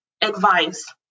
advice